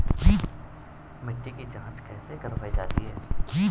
मिट्टी की जाँच कैसे करवायी जाती है?